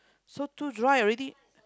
so too dry already